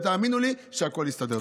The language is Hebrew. ותאמינו לי שהכול יסתדר.